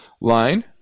line